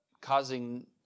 causing